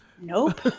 Nope